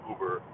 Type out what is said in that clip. Uber